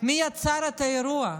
מי יצר את האירוע.